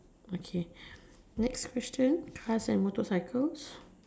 okay next question how's that motorcycle